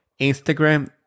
instagram